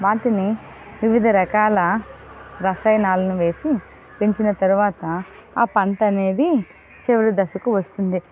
వాటిని వివిధ రకాల రసాయనాలను వేసి పెంచిన తర్వాత ఆ పంట అనేది చివరి దశకు వస్తుంది